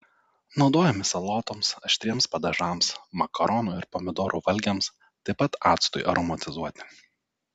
naudojami salotoms aštriems padažams makaronų ir pomidorų valgiams taip pat actui aromatizuoti